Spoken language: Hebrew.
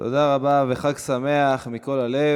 תודה רבה, וחג שמח מכל הלב.